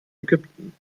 ägypten